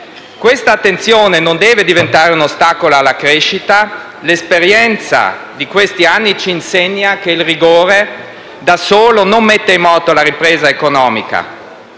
Questa attenzione non deve diventare un ostacolo alla crescita: l'esperienza di questi anni ci insegna che il rigore, da solo, non mette in moto la ripresa economica.